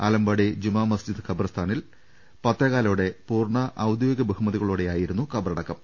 ആലമ്പാടി ജുമാമസ്ജിദ് ഖബർസ്ഥാനിൽ പത്തേകാലോടെ പൂർണ ഔദ്യോ ഗിക ബഹുമതികളോടെയായിരുന്നു ഖബറടക്കം